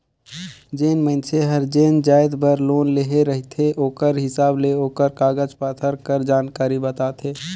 जेन मइनसे हर जेन जाएत बर लोन लेहे ले आए रहथे ओकरे हिसाब ले ओकर कागज पाथर कर जानकारी बताथे